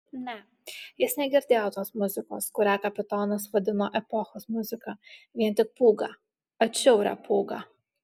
ne jis negirdėjo tos muzikos kurią kapitonas vadino epochos muzika vien tik pūgą atšiaurią pūgą